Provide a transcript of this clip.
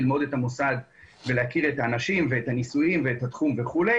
זה נכון שהחוק מאפשר את המסלול הזה של מתן היתרים באמצעות ועדה פנימית,